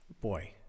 boy